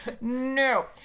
No